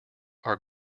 are